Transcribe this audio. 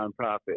nonprofit